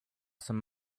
some